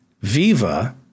Viva